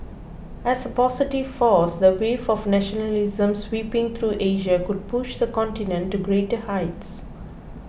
as a positive force the wave of nationalism sweeping through Asia could push the continent to greater heights